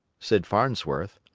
said farnsworth.